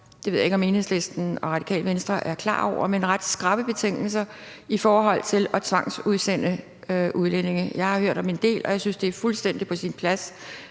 det ved jeg ikke om Enhedslisten og Radikale Venstre er klar over – nogle ret skrappe betingelser i forhold til at tvangsudsende udlændinge. Jeg har hørt om en del, og jeg synes, det er fuldstændig på sin plads,